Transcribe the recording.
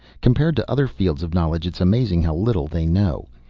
compared to other fields of knowledge it is amazing how little they know.